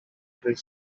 ddydd